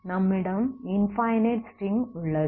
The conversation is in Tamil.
நம்மிடம் இன்ஃபனைட் ஸ்ட்ரிங் உள்ளது